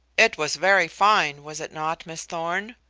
it was very fine, was it not, miss thorn?